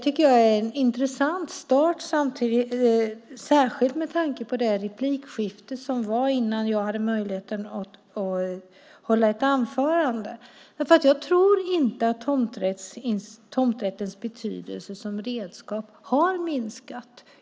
Detta är intressant, särskilt med tanke på det replikskifte som var före mitt anförande. Jag tror inte att tomträttens betydelse som redskap har minskat.